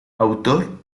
autor